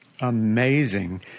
Amazing